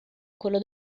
quello